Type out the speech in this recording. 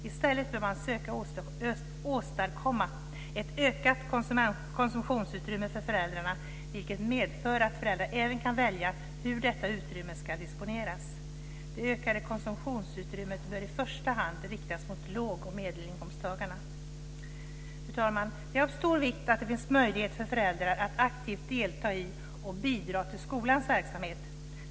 I stället bör man söka åstadkomma ett ökat konsumtionsutrymme för föräldrarna, vilket medför att föräldrarna även kan välja hur detta utrymme ska disponeras. Det ökade konsumtionsutrymmet bör i första hand riktas mot låg och medelinkomsttagarna. Fru talman! Det är av stor vikt att det finns möjlighet för föräldrar att aktivt delta i och bidra till skolans verksamhet.